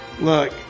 Look